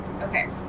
Okay